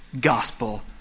gospel